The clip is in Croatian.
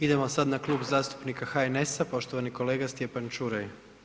Idemo sad na Klub zastupnika HNS-a, poštovani kolega Stjepan Čuraj.